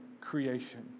creation